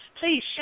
please